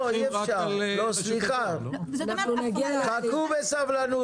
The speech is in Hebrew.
חכו בסבלנות,